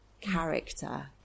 character